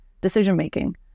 decision-making